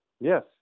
Yes